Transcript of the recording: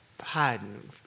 hiding